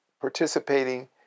participating